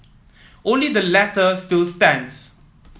only the latter still stands